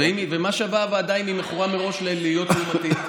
ומה שווה הוועדה אם היא מכורה מראש ללהיות לעומתית?